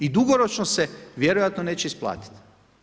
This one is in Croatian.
I dugoročno se vjerojatno neće isplatiti.